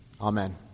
Amen